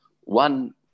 one